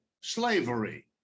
slavery